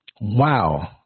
Wow